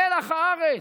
מלח הארץ,